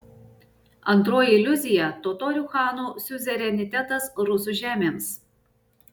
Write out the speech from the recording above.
antroji iliuzija totorių chanų siuzerenitetas rusų žemėms